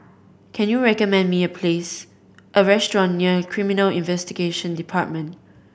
can you recommend me a place a restaurant near Criminal Investigation Department